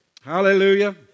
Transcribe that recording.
Hallelujah